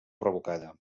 revocada